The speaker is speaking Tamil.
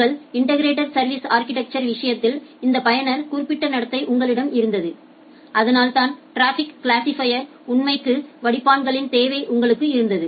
உங்கள் இன்டெகிரெட் சா்விஸ் அா்கிடெக்சர் விஷயத்தில் இந்த பயனர் குறிப்பிட்ட நடத்தை உங்களிடம் இருந்தது அதனால்தான் ட்ராஃபிக் கிளாசிபைரை உள்ளமைக்க வடிப்பான்களின் தேவை உங்களுக்கு இருந்தது